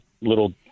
little